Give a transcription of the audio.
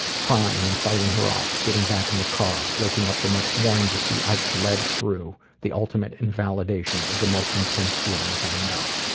crying and fighting her off. getting back in the car. waking up the next morning to see i bled through. the ultimate invalidation of the most intense feelings i know.